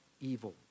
evil